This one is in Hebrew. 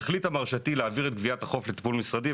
החליטה מרשתי להעביר את גביית החוב לטיפול משרדי".